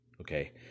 Okay